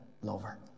lover